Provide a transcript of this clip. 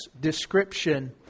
description